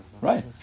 Right